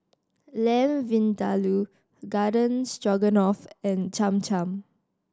Lamb Vindaloo Garden Stroganoff and Cham Cham